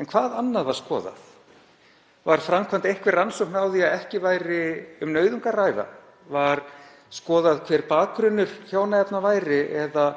En hvað annað var skoðað? Var gerð einhver rannsókn á því að ekki væri um nauðung að ræða? Var skoðað hver bakgrunnur hjónaefna væri eða